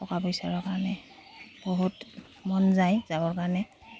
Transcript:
টকা পইচাৰৰ কাৰণে বহুত মন যায় যাবৰ কাৰণে